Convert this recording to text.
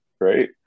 right